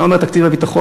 מה אומר תקציב הביטחון?